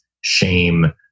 shame